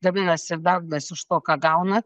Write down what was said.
gaminasi ir dauginasi iš to ką gauna